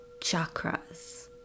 chakras